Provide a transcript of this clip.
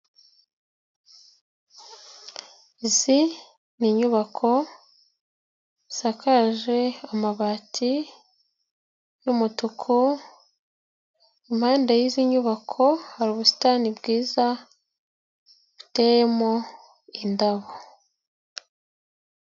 Izi ni inyubako zisakaje amabati y'umutuku, mpande y'izi nyubako hari ubusitani bwiza buteyemo indabo.